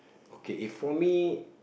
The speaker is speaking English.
okay if for me